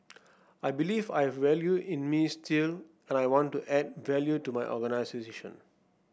I believe I have value in me still and I want to add value to my organisation